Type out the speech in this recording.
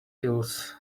pills